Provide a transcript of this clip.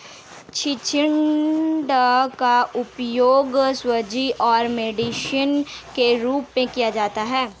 चिचिण्डा का उपयोग सब्जी और मेडिसिन के रूप में किया जाता है